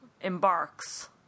embarks